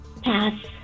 Pass